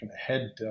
head